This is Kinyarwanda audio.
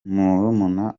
murumuna